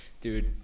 Dude